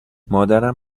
مادرم